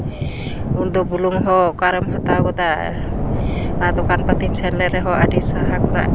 ᱩᱱᱫᱚ ᱵᱩᱞᱩᱝ ᱦᱚᱸ ᱚᱠᱟᱨᱮᱢ ᱦᱟᱛᱟᱣ ᱜᱚᱫᱟ ᱟᱨ ᱫᱚᱠᱟᱱ ᱯᱟᱹᱛᱤᱢ ᱥᱮᱱ ᱞᱮᱱ ᱨᱮᱦᱚᱸ ᱟᱹᱰᱤ ᱥᱟᱦᱟ ᱠᱷᱚᱱᱟᱜ